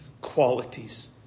qualities